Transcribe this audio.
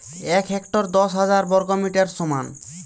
এক হেক্টর দশ হাজার বর্গমিটারের সমান